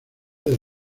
del